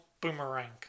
Boomerang